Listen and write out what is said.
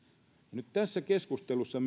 nyt tässä keskustelussa